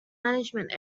management